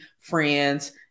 friends